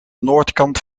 noordkant